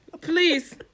Please